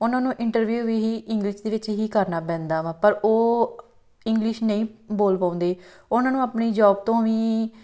ਉਹਨਾਂ ਨੂੰ ਇੰਟਰਵਿਊ ਵੀ ਹੀ ਇੰਗਲਿਸ਼ ਦੇ ਵਿੱਚ ਹੀ ਕਰਨਾ ਪੈਂਦਾ ਵਾ ਪਰ ਉਹ ਇੰਗਲਿਸ਼ ਨਹੀਂ ਬੋਲ ਪਾਉਂਦੇ ਉਹਨਾਂ ਨੂੰ ਆਪਣੀ ਜੋਬ ਤੋਂ ਵੀ